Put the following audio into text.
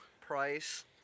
Price